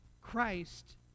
Christ